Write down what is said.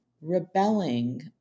rebelling